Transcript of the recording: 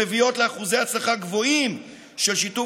שמביאות לאחוזי הצלחה גבוהים של שיתוף